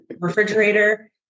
refrigerator